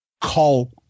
call